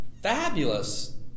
fabulous